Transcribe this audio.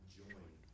join